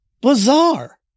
bizarre